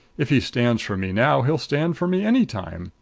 if he stands for me now he'll stand for me any time!